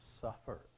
suffer